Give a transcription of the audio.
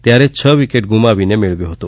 ત્યારે જ છ વિકેટ ગૂમાવીને મેળવ્યો હતો